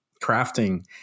crafting